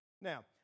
Now